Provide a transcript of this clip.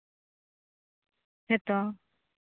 ᱦᱮᱸᱛᱚ